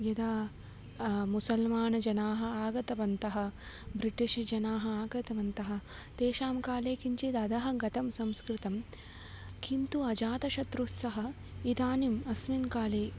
यदा मुसल्मानजनाः आगतवन्तः ब्रिटिष् जनाः आगतवन्तः तेषां काले किञ्चिदधः गतं संस्कृतं किन्तु अजातशत्रुः इदानीम् अस्मिन् काले